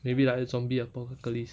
maybe like zombie apocalypse